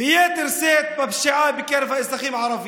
וביתר שאת בפשיעה בקרב האזרחים הערבים.